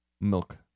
milk